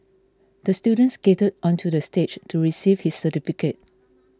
the student skated onto the stage to receive his certificate